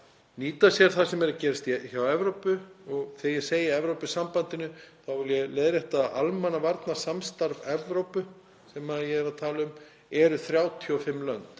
nýta sér það sem er að gerast í Evrópu og þegar ég segi Evrópusambandinu þá vil ég leiðrétta það, það er almannavarnasamstarf Evrópu, sem ég er að tala um, þar eru 35 lönd,